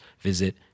visit